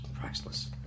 priceless